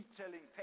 telling